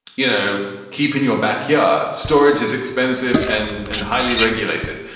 you know, keep in your backyard. storage is expensive and and highly regulated.